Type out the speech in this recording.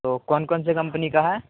تو کون کون سے کمپنی کا ہے